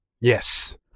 Yes